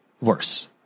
worse